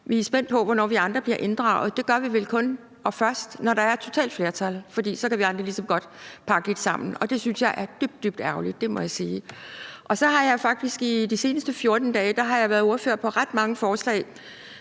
vi er spændte på, hvornår vi andre bliver inddraget, og det gør vi vel kun og først, når der er et totalt flertal, for så kan vi andre ligesom godt pakke lidt sammen. Og det synes jeg er dybt, dybt ærgerligt. Det må jeg sige. Så har jeg faktisk de seneste 14 dage været ordfører på ret mange forslag